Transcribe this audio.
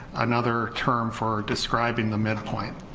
another term for describing the midpoint,